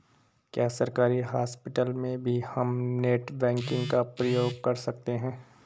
क्या सरकारी हॉस्पिटल में भी हम नेट बैंकिंग का प्रयोग कर सकते हैं?